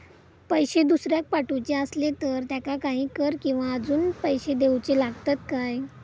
पैशे दुसऱ्याक पाठवूचे आसले तर त्याका काही कर किवा अजून पैशे देऊचे लागतत काय?